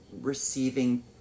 receiving